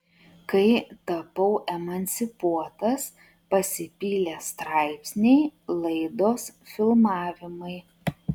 kai tapau emancipuotas pasipylė straipsniai laidos filmavimai